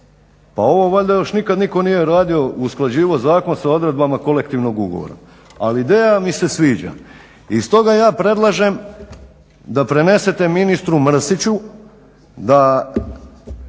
Pa ovo valjda još nikad nitko nije radio, usklađivao zakon sa odredbama kolektivnog ugovora. Ali ideja mi se sviđa. I stoga ja predlažem da prenesete ministru Mrsiću da